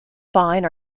vine